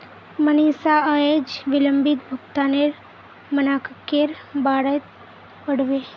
मनीषा अयेज विलंबित भुगतानेर मनाक्केर बारेत पढ़बे